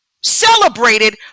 celebrated